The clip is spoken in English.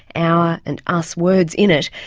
our and us words in it,